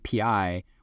API